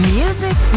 music